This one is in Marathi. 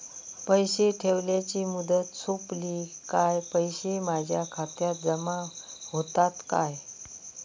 पैसे ठेवल्याची मुदत सोपली काय पैसे माझ्या खात्यात जमा होतात काय?